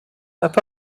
found